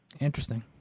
Interesting